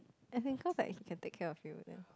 as in cause like he can take care of you then